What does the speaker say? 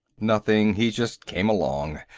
nothing. he just came along.